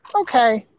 okay